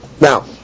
Now